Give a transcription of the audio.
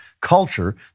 culture